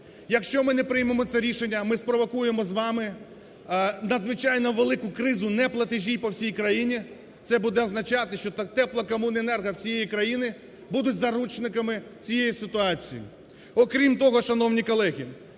Якщо ми не приймемо це рішення ми спровокуємо з вами надзвичайно велику кризу неплатежі по всій країні. Це буде означати, що теплокомуненерго всієї країни будуть заручниками цієї ситуації. Окрім того, шановні колеги,